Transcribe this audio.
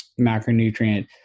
macronutrient